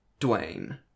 Dwayne